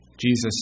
Jesus